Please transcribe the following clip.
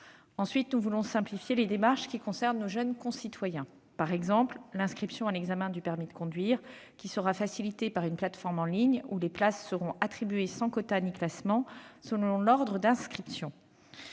Ensuite, nous voulons simplifier les démarches qui concernent nos jeunes concitoyens. Par exemple, l'inscription à l'examen du permis de conduire sera facilitée par la mise en oeuvre d'une plateforme en ligne où les places seront attribuées sans quotas ni classement selon l'ordre d'inscription.